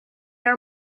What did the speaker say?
are